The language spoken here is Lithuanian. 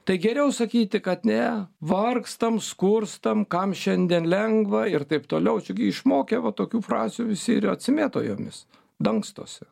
tai geriau sakyti kad ne vargstam skurstam kam šiandien lengva ir taip toliau čia gi išmokę va tokių frazių visi ir atsimėto jomis dangstosi